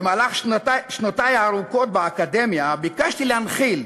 במהלך שנותי הארוכות באקדמיה ביקשתי להנחיל